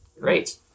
Great